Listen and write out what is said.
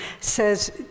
says